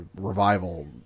Revival